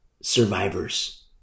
survivors